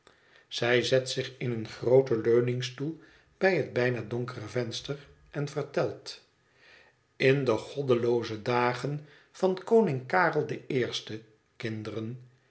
zij zet zich in een grooten leuningstoel bij het bijna donkere venster en vertelt in de goddelooze dagen van koning karel den eersten kinderen